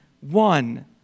one